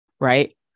Right